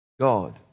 God